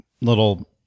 little